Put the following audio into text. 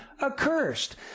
accursed